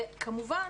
וכמובן